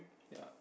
ya